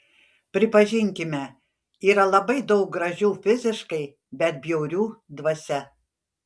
pripažinkime yra labai daug gražių fiziškai bet bjaurių dvasia